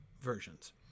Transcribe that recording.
versions